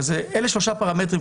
אלה שלושה פרמטרים,